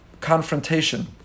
confrontation